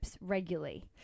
regularly